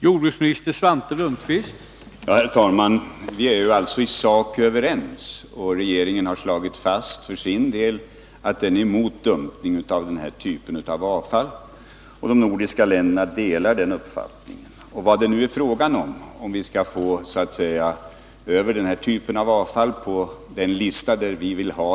Herr talman! Vi är alltså överens i sak, och regeringen har slagit fast att den för sin del är emot dumpning av denna typ av avfall. De nordiska länderna delar denna uppfattning. Det gäller om vi skall kunna få över denna typ av avfall till rätt lista.